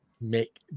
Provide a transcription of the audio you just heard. make